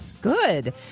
Good